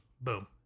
Boom